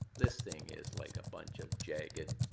this thing is like a bunch of jagged